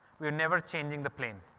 we were never changing the plane.